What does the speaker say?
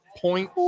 point